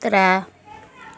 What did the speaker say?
त्रैऽ